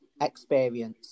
experience